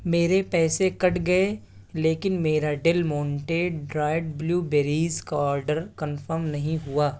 میرے پیسے کٹ گئے لیکن میرا Del Monte dried blueberries کا آڈر کنفم نہیں ہوا